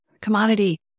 commodity